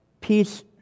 Peace